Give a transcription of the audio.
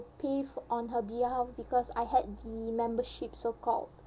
pay f~ on her behalf because I had the membership so called